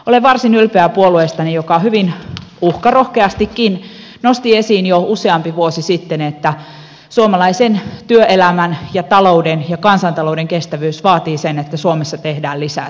olen varsin ylpeä puolueestani joka hyvin uhkarohkeastikin nosti esiin jo useampi vuosi sitten että suomalaisen työelämän ja talouden ja kansantalouden kestävyys vaatii sen että suomessa tehdään lisää työtunteja